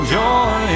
joy